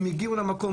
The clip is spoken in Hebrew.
הם הגיעו למקום,